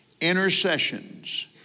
intercessions